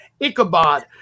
Ichabod